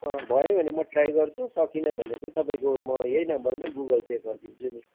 भयो भने म ट्राइ गर्छु सकिनँ भने तै तपाईँको म यही नम्बरमै गुगल पे गरिदिन्छु नि